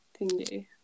Thingy